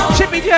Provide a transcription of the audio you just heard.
Chippy